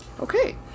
Okay